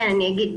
אני אגיד,